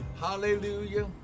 Hallelujah